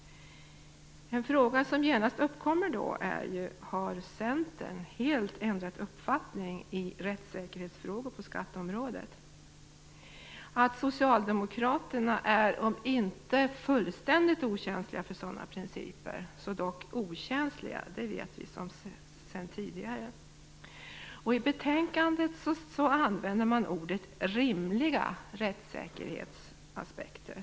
En fråga som genast uppkommer är om Centern helt har ändrat uppfattning i rättssäkerhetsfrågor på skatteområdet. Att socialdemokraterna är, om inte fullständigt okänsliga för sådana principer, så dock okänsliga vet vi sedan tidigare. I betänkandet använder man ordet rimliga rättssäkerhetsaspekter.